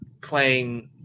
playing –